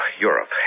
Europe